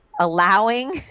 allowing